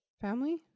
family